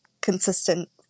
consistent